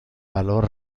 valor